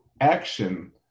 action